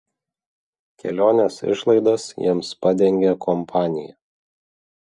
kelionės išlaidas jiems padengė kompanija